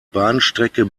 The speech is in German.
bahnstrecke